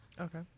Okay